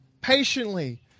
patiently